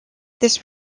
this